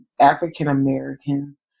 African-Americans